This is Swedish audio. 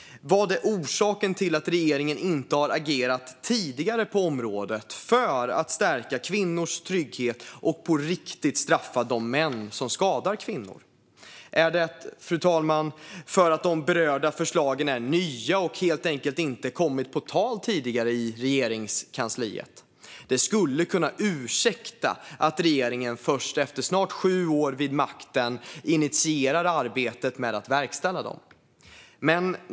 Vad är orsaken till att regeringen inte har agerat tidigare på området för att stärka kvinnors trygghet och på riktigt straffa de män som skadar kvinnor? Är det, fru talman, för att de berörda förslagen är nya och helt enkelt inte kommit på tal tidigare i Regeringskansliet? Det skulle kunna ursäkta att regeringen först efter snart sju år vid makten initierar arbetet med att verkställa dem?